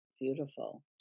Beautiful